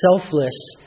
selfless